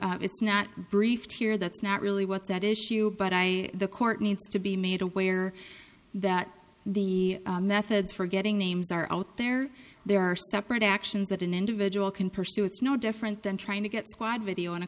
i it's not briefed here that's not really what's at issue but i the court needs to be made aware that the methods for getting names are out there there are separate actions that an individual can pursue it's no different than trying to get squad video on a